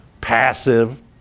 passive